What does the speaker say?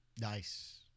nice